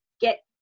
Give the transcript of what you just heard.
get